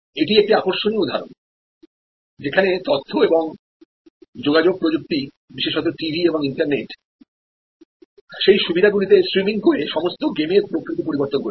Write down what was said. এটি একটি আকর্ষণীয় উদাহরণ যেখানে তথ্য এবং যোগাযোগ প্রযুক্তি বিশেষত টিভি এবং ইন্টারনেট সেই সুবিধাগুলিতে স্ট্রিমিং করে সমস্ত গেমের প্রকৃতি পরিবর্তন করেছে